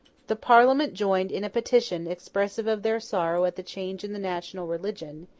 the parliament joined in a petition expressive of their sorrow at the change in the national religion,